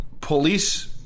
police